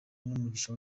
n’umugisha